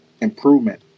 improvement